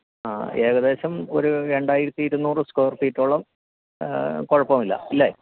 ആ ഏകദേശം ഒരു രണ്ടായിരത്തി ഇരുന്നൂറ് സ്ക്വേയർ ഫീറ്റോളം കുഴപ്പമില്ല അല്ലേ